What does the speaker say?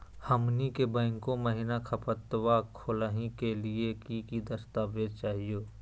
हमनी के बैंको महिना खतवा खोलही के लिए कि कि दस्तावेज चाहीयो?